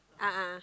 a'ah